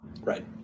Right